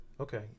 okay